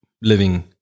living